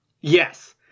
Yes